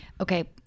okay